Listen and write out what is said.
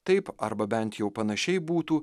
taip arba bent jau panašiai būtų